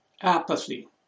apathy